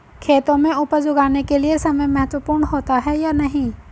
खेतों में उपज उगाने के लिये समय महत्वपूर्ण होता है या नहीं?